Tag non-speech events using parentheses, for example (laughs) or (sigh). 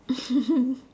(laughs)